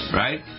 right